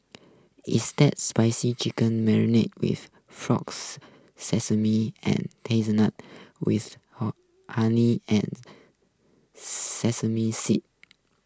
it's that spicy chicken marinated with frogs sesame and with honey and sesame seeds